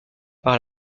par